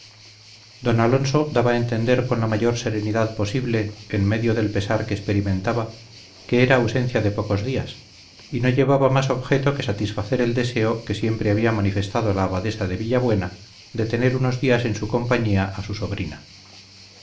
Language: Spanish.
don alonso daba a entender con la mayor serenidad posible en medio del pesar que experimentaba que era ausencia de pocos días y no llevaba más objeto que satisfacer el deseo que siempre había manifestado la abadesa de villabuena de tener unos días en su compañía a su sobrina